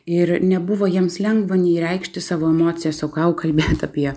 ir nebuvo jiems lengva nei reikšti savo emocijas o ką jau kalbėt apie